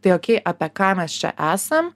tai o apie ką mes čia esam